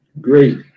Great